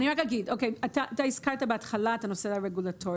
אני רק אגיד: אתה הזכרת בהתחלה את הנושא הרגולטורי